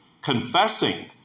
confessing